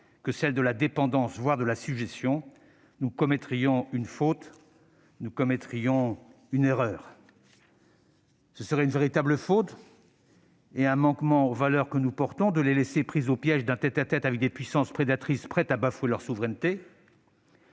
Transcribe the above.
que celle de la dépendance, voire de la sujétion, nous commettrions une faute et une erreur. Ce serait une véritable faute et un manquement aux valeurs que nous portons de les laisser pris au piège d'un tête-à-tête avec des puissances prédatrices prêtes à bafouer leur souveraineté.